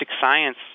science